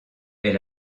est